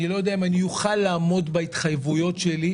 אני לא יודע אם אני אוכל לעמוד בהתחייבויות שלי,